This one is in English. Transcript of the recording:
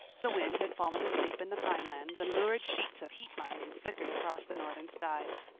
the wind had fallen asleep in the pinelands and lurid sheets of heat-lightning flickered across the northern skies.